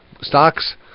stocks